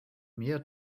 mehr